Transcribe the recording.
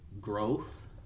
growth